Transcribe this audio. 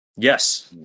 Yes